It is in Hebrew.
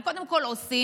הם קודם כול עושים,